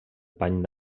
pany